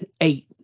eight